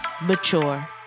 mature